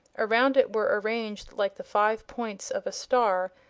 around it were arranged, like the five points of a star,